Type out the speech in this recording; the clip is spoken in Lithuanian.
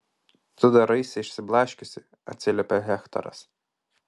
tu daraisi išsiblaškiusi atsiliepia hektoras